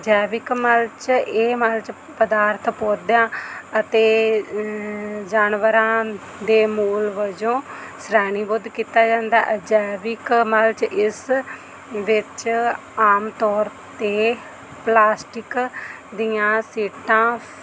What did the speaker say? ਜੈਵਿਕ ਮਲਚ ਇਹ ਮਲਚ ਪਦਾਰਥ ਪੌਦਿਆਂ ਅਤੇ ਜਾਨਵਰਾਂ ਦੇ ਮੂਲ ਵਜੋਂ ਸ਼੍ਰੇਣੀਬੱਧ ਕੀਤਾ ਜਾਂਦਾ ਅਜੈਵਿਕ ਮਲਚ ਇਸ ਵਿੱਚ ਆਮ ਤੌਰ 'ਤੇ ਪਲਾਸਟਿਕ ਦੀਆਂ ਸੀਟਾਂ